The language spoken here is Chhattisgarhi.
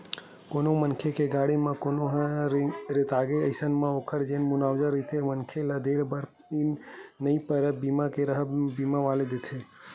कोनो मनखे के गाड़ी म कोनो ह रेतागे अइसन म ओखर जेन मुवाजा रहिथे मनखे ल देय बर नइ परय बीमा के राहब म बीमा वाले देथे